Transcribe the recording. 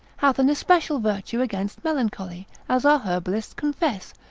hath an especial virtue against melancholy, as our herbalists confess,